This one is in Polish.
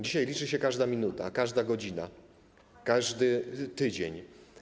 Dzisiaj liczy się każda minuta, każda godzina, każdy tydzień.